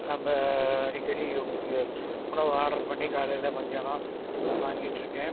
நம்ம அடிக்கடி உங்களுக்கு உணவு ஆர்டர் பண்ணி காலையில் மத்தியானம் வாங்கிட்டுருக்கேன்